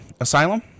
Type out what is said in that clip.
Asylum